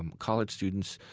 um college students,